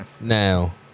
now